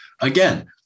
Again